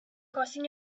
crossing